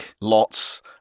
lots